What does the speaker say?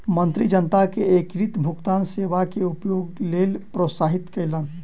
मंत्री जनता के एकीकृत भुगतान सेवा के उपयोगक लेल प्रोत्साहित कयलैन